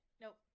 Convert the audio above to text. Nope